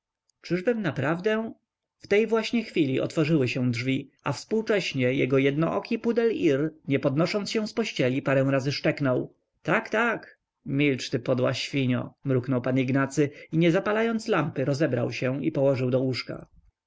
trafić czyliżbym naprawdę w tej właśnie chwili otworzyły się drzwi a współcześnie jego jednooki pudel ir nie podnosząc się z pościeli parę razy szczeknął tak tak milcz ty podła świnio mruknął pan ignacy i nie zapalając lampy rozebrał się i położył do łóżka